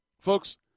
folks